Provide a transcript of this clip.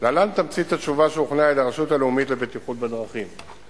להלן תמצית התשובה שהוכנה על-ידי הרשות הלאומית לבטיחות בדרכים: